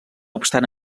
obstant